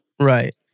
Right